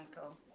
uncle